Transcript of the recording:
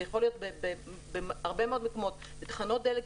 זה יכול להיות בהרבה מאוד מקומות בתחנות דלק,